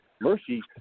mercy